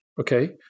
Okay